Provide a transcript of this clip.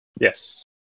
Yes